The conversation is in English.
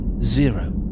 zero